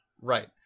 Right